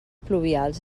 pluvials